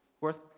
worth